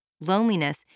Loneliness